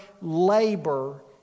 labor